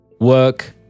Work